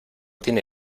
tiene